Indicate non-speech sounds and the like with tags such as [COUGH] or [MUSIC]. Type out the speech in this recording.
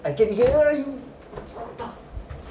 I can hear you [NOISE]